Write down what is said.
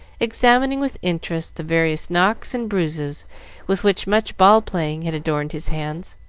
examining with interest the various knocks and bruises with which much ball-playing had adorned his hands.